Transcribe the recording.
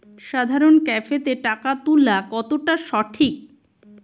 সাধারণ ক্যাফেতে টাকা তুলা কতটা সঠিক?